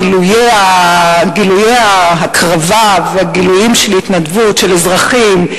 גילויי ההקרבה וגילויים של התנדבות של אזרחים,